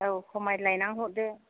औ खमायलायनानै हरदो